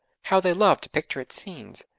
how they loved to picture its scenes.